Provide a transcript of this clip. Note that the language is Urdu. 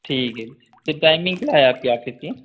ٹھیک ہے تو ٹائمنگ کیا ہے آپ کے آفس کی